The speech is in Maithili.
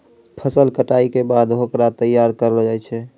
फसल कटाई के बाद होकरा तैयार करलो जाय छै